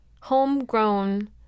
Homegrown